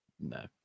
no